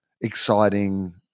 exciting